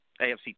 AFC